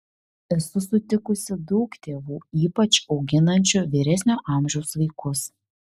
esu sutikusi daug tėvų ypač auginančių vyresnio amžiaus vaikus